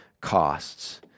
costs